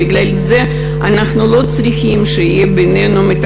בגלל זה אנחנו לא צריכים מתווך בינינו.